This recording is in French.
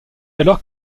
alors